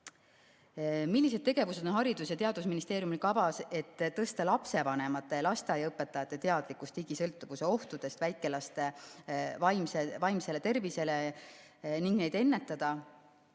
"Millised tegevused on Haridus‑ ja Teadusministeeriumil kavas, et tõsta lapsevanemate ja lasteaiaõpetajate teadlikkust digisõltuvuse ohtudest väikelaste vaimsele tervisele ning neid ennetada?"